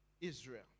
Israel